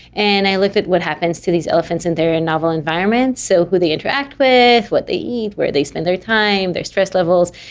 and i looked at what happens to these elephants in their and novel environments. so who they interact with, what they eat, where they spend their time, their stress levels.